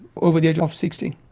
over the age of sixty.